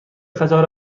قطار